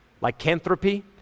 Lycanthropy